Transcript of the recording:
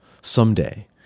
someday